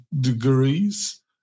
degrees